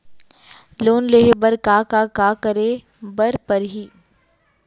Loan लेहे बर का का का करे बर परहि?